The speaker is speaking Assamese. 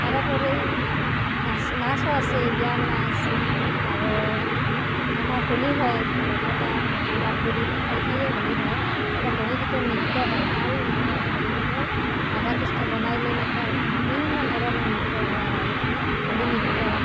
তাৰোপৰি নাচ নাচো আছেই বিয়াৰ নাচ আৰু আমাৰ হোলী হয় বৰপেটাত ওডালগুৰি মানে ঠাইয়ে ঠাইয়ে হোলী হয় তাতে হোলীগীতৰ নৃত্য হয় ভাল নৃত্য হয় হোলীগীতৰ ৰাধা কৃষ্ণ বনাই লৈ মাতক বিভিন্ন ধৰণৰ নৃত্য গোৱা হয় হোলী নৃত্য